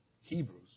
Hebrews